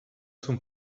zum